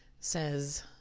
says